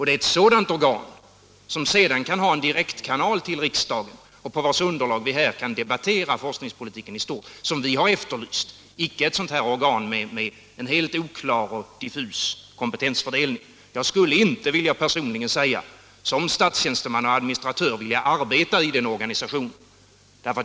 Det är ett sådant organ, som sedan kan ha en direktkanal till riksdagen och på vars underlag vi här kan debattera forskningspolitiken i stort, som vi har efterlyst, inte ett organ med en helt oklar och diffus kompetensfördelning. Som statstjänsteman och administratör skulle jag personligen inte vilja arbeta i den organisationen.